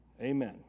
Amen